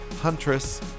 Huntress